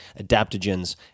adaptogens